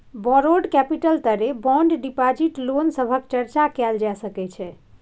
borrowed capital तरे bond deposit loan सभक चर्चा कएल जा सकइ छै